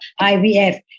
IVF